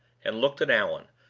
and looked at allan,